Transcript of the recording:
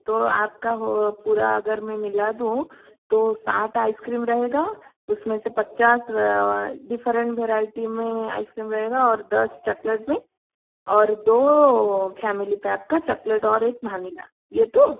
तो आपका वो पूरा अगर मैं मिल दूँ तो सात आइस क्रीम रहेगा उसमें से पचास डिफरेंट भरैटी में आइस क्रीम रहेगा और दस चकलेट में और दो फैमिली पैक का चकलेट और एक भानीला ये तो